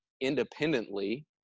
independently